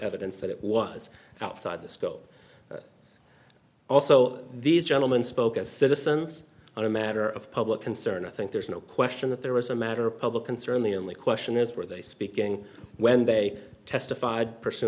evidence that it was outside the scope also these gentlemen spoke us citizens on a matter of public concern i think there's no question that there was a matter of public concern the only question is were they speaking when they testified pursu